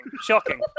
shocking